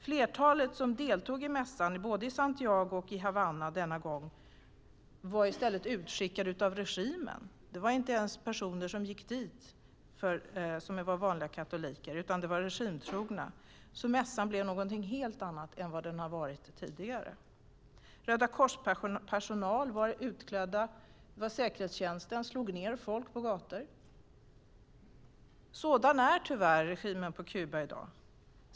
Flertalet som denna gång deltog i mässan, både i Santiago och i Havanna, var i stället utskickade av regimen. De som gick dit var inte vanliga katoliker, utan det var regimtrogna. Mässan blev därför någonting helt annat än vad den har varit tidigare. Rödakors-personal var utklädd, och säkerhetstjänsten slog ned folk på gator. Sådan är tyvärr regimen på Kuba i dag.